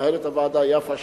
מנהלת הוועדה יפה שפירא,